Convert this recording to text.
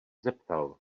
zeptal